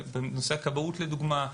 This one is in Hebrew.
בנושא הכבאות לדוגמה,